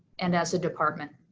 and as a department,